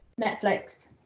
Netflix